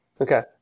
Okay